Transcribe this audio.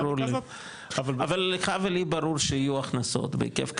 אבל ברור לי שיהיו הכנסות בהיקף כזה,